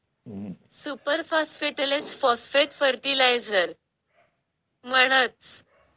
super फास्फेटलेच phosphate fertiliser म्हणतस